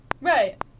Right